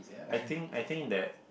I think I think that